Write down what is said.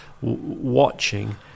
watching